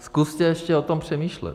Zkuste ještě o tom přemýšlet.